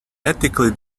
ethically